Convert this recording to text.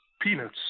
peanuts